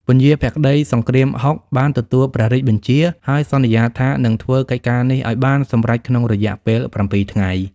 ពញាភក្តីសង្គ្រាមហុក បានទទួលព្រះរាជបញ្ជា ហើយសន្យាថានឹងធ្វើកិច្ចការនេះឲ្យបានសម្រេចក្នុងរយៈពេល ៧ ថ្ងៃ។